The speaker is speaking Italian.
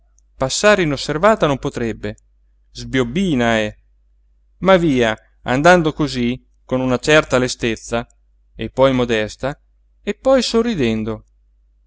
passare inosservata non potrebbe sbiobbina è ma via andando cosí con una certa lestezza e poi modesta e poi sorridendo